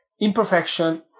imperfection